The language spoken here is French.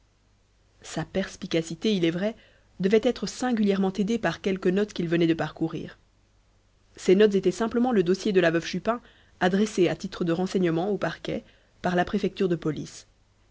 sa perspicacité il est vrai devait être singulièrement aidée par quelques notes qu'il venait de parcourir ces notes étaient simplement le dossier de la veuve chupin adressé à titre de renseignement au parquet par la préfecture de police